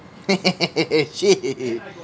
shit